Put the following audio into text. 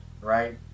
right